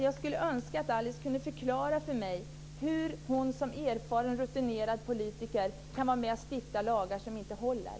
Jag skulle önska att Alice Åström kunde förklara för mig hur hon som erfaren rutinerad politiker kan vara med och stifta lagar som inte håller.